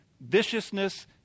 viciousness